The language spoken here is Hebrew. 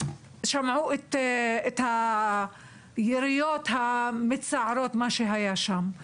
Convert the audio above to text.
שמעו את היריות המצערות שהיו שם.